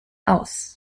aus